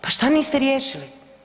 Pa šta niste riješili?